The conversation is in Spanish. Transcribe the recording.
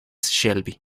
shelby